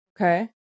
okay